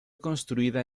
construida